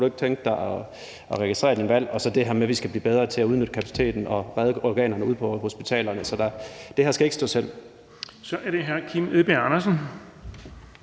du ikke tænke dig at registrere dit valg? Og så skal vi blive bedre til at udnytte kapaciteten og redde organerne ude på hospitalerne. Så det her skal ikke stå alene. Kl. 15:42 Den